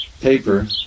paper